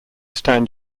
stand